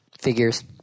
Figures